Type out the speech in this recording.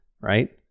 right